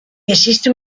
existe